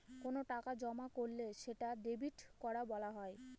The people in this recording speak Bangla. কোনো টাকা জমা করলে সেটা ডেবিট করা বলা হয়